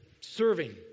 Serving